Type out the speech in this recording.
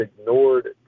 ignored